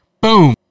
Boom